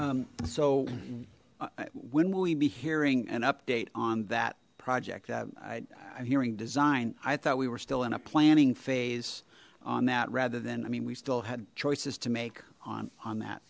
roy so when will we be hearing an update on that project hearing design i thought we were still in a planning phase on that rather than i mean we still had choices to make on that